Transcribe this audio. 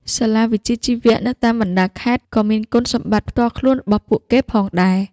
សាលាវិជ្ជាជីវៈនៅតាមបណ្ដាខេត្តក៏មានគុណសម្បត្តិផ្ទាល់ខ្លួនរបស់ពួកគេផងដែរ។